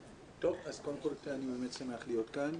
טוב, אז קודם כל אני באמת שמח להיות כאן.